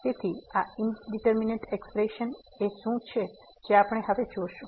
તેથી આ indeterminate expression ઓ શું છે જે આપણે હવે જોશું